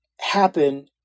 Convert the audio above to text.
happen